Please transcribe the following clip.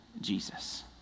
Jesus